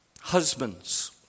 husbands